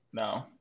No